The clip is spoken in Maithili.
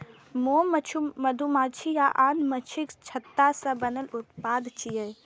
मोम मधुमाछी आ आन माछीक छत्ता सं बनल उत्पाद छियै